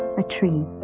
a tree.